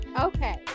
okay